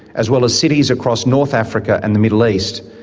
as well as cities across north africa and the middle east,